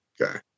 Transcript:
Okay